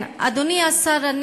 אדוני השר,